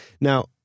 Now